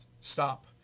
stop